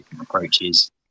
approaches